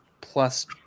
plus